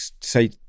say